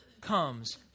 comes